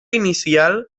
inicial